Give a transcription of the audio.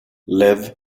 live